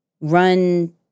run